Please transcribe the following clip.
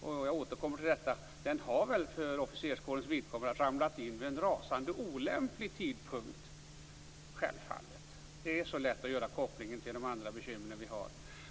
Och det här har - jag återkommer till det - för officerskårens vidkommande ramlat in vid en rasande olämplig tidpunkt. Det är självfallet så. Det är så lätt att göra kopplingen till andra bekymmer vi har.